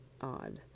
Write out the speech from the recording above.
odd